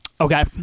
Okay